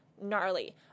Gnarly